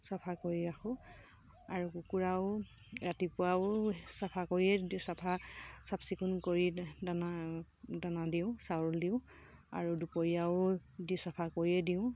চফা কৰি ৰাখোঁ আৰু কুকুৰাও ৰাতিপুৱাও চফা কৰিয়ে চফা চাফ চিকুণ কৰি দানা দানা দিওঁ চাউল দিওঁ আৰু দুপৰীয়াও দি চফা কৰিয়ে দিওঁ